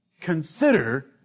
Consider